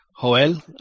Joel